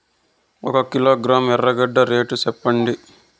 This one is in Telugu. ఒక కిలోగ్రాము ఎర్రగడ్డ రేటు సెప్పండి?